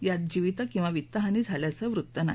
यात जीवित किंवा वित्तहानी झाल्याचं वृत्त नाही